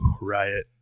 riot